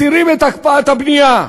מסירים את הקפאת הבנייה,